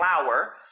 flower